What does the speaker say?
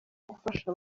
gufasha